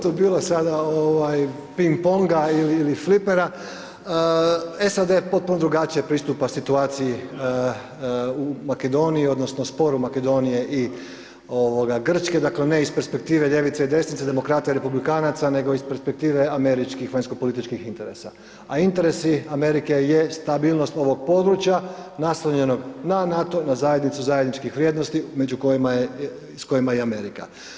Puno, puno je tu bilo sada ping ponga ili flipera, SAD potpuno drugačije pristupa situaciji u Makedoniji odnosno sporu Makedonije i Grčke, dakle, ne iz perspektive ljevice i desnice, demokrata i republikanaca, nego iz perspektive američkih vanjskopolitičkih interesa, a interesi Amerike je stabilnost ovog područja naslonjenog na NATO, na zajednicu zajedničkih vrijednosti s kojima je i Amerika.